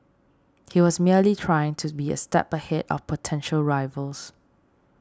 he was merely trying to be a step ahead of potential rivals